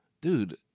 dude